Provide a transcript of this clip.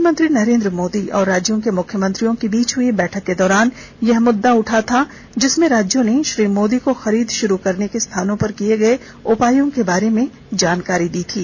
प्रधानमंत्री नरेन्द्र मोदी और राज्यों के मुख्यमंत्रियों के बीच हुई बैठक के दौरान यह मुद्दा उठा था जिसमें राज्यों ने श्री मोदी को खरीद शुरू करने के स्थानों पर किर्ये गये उपायों के बारे में जानकारी दी थी